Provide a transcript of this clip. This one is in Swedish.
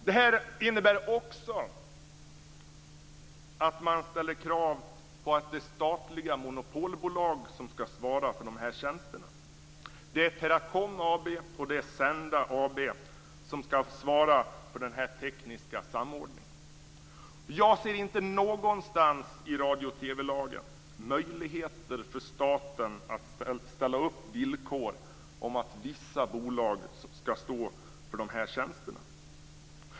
Det här innebär också att man ställer krav på de statliga monopolbolag som skall svara för de här tjänsterna. Det är Teracom AB och Senda AB som skall svara för den tekniska samordningen. Jag ser inte någonstans i radio och TV-lagen möjligheter för staten att ställa som villkor att vissa bolag skall stå för de här tjänsterna.